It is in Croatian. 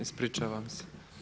Ispričavam se.